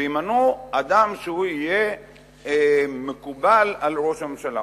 וימנו אדם שיהיה מקובל על ראש הממשלה.